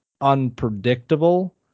unpredictable